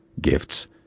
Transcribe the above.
gifts